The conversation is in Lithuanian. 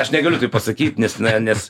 aš negaliu taip pasakyt nes ne nes